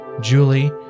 Julie